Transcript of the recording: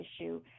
issue